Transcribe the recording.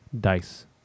dice